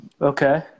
Okay